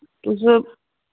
तुस